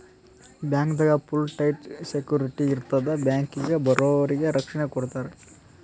ಬ್ಯಾಂಕ್ದಾಗ್ full tight security ಇರ್ತದ್ ಬ್ಯಾಂಕಿಗ್ ಬರೋರಿಗ್ ರಕ್ಷಣೆ ಕೊಡ್ತಾರ